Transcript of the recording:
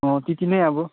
अँ त्यति नै अब